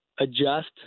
adjust